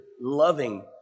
loving